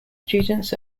students